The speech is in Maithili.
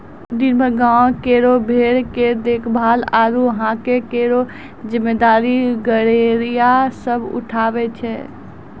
दिनभर गांवों केरो भेड़ के देखभाल आरु हांके केरो जिम्मेदारी गड़ेरिया सब उठावै छै